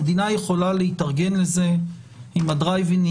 המדינה יכולה להתארגן לזה עם תחנות דרייב אין,